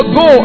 go